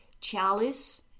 chalice